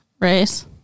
race